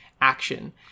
action